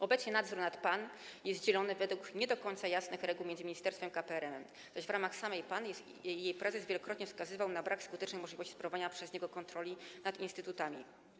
Obecnie nadzór nad PAN jest dzielony według nie do końca jasnych reguł między ministerstwo i KPRM, zaś w ramach samej PAN jej prezes wielokrotnie wskazywał na brak skutecznej możliwości sprawowania przez niego kontroli nad instytutami.